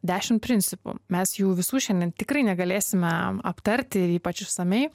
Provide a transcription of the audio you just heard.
dešim principų mes jų visų šiandien tikrai negalėsime aptarti ir ypač išsamiai